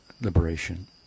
liberation